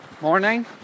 Morning